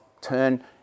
turn